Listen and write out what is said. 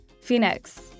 Phoenix